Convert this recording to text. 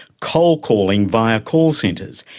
cold-calling via call centres,